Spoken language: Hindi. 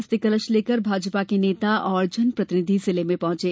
अस्थि कलश लेकर भाजपा के नेता और जन प्रतिनिधि जिले में पहुंचे